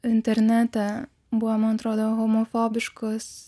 internete buvo man atrodo homofobiškos